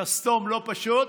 שסתום לא פשוט,